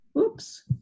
oops